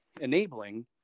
enabling